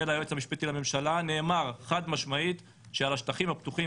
ליועץ המשפטי לממשלה חד משמעית שעל השטחים הפתוחים